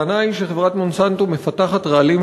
הטענה היא שחברת "מונסנטו" מפתחת רעלים